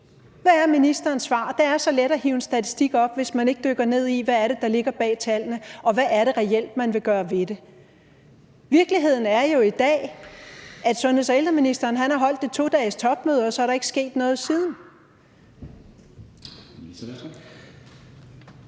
Hvad er ministerens svar? Det er så let at hive en statistik op, hvis man ikke dykker ned i, hvad der ligger bag tallene, og hvad man reelt vil gøre ved det. Virkeligheden er jo i dag, at sundheds- og ældreministeren har holdt et 2-dagestopmøde, og så er der ikke sket noget siden.